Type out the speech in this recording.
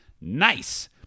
Nice